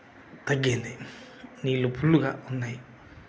తగ్గింది నీళ్ళు ఫుల్గా ఉన్నాయి